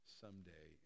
someday